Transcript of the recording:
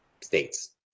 states